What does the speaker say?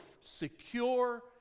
secure